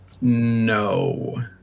No